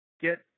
Get